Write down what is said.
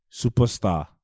superstar